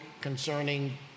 concerning